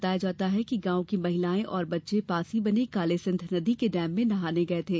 बताया जाता है कि गांव की महिलायें व बच्चे पास ही बनें कालीसिंध नदी के डैम में नहाने गये थे